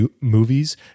movies